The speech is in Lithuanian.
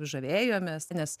žavėjomės nes